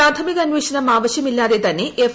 പ്രാഥമിക അന്വേഷണം ആവശ്യമില്ലാതെ തന്നെ എഫ്